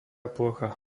plocha